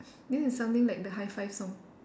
this is something like the hi five song